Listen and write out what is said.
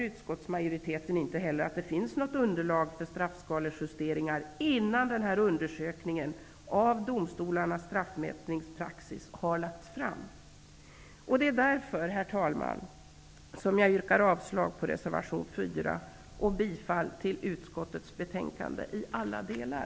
Utskottsmajoriteten anser inte heller att det finns något underlag för straffskalejusteringar innan undersökningen av domstolarnas straffmätningspraxis har lagts fram. Därför, herr talman, yrkar jag avslag på reservation 4 och bifall till utskottets hemställan i alla delar.